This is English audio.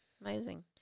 amazing